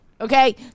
Okay